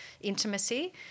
intimacy